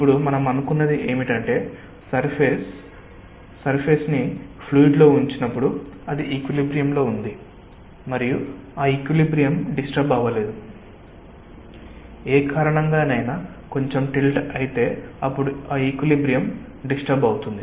ఇప్పుడు మనం అనుకున్నది ఏమిటంటే సర్ఫేస్ ఫ్లూయిడ్ లో ఉంచినప్పుడు అది ఈక్విలిబ్రియమ్ లో ఉంది మరియు ఆ ఈక్విలిబ్రియమ్ డిస్టర్బ్ అవలేదు ఏ కారణంగా నైనా కొంచెం టిల్ట్ అయితే అప్పుడు ఆ ఈక్విలిబ్రియమ్ డిస్టర్బ్ అవుతుంది